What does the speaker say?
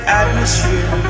atmosphere